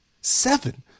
Seven